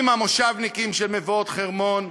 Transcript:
עם המושבניקים של מבואות-חרמון,